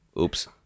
Oops